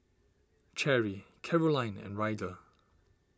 Cherry Carolyne and Ryder